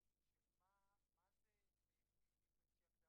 אז היה הרבה